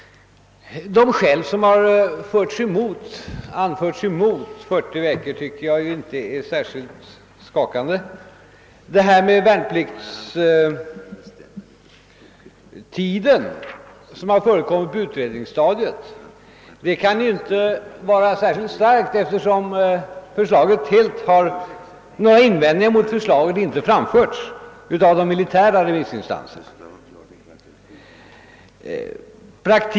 De skäl som anförts mot 40 veckor är, enligt min uppfattning, inte särskilt skakande. Argumentet om värnpliktstiden, som förekommit på utredningsstadiet, kan inte vara särskilt starkt, eftersom inga invändningar mot förslaget har framförts av de militära remissinstanserna.